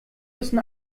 müssen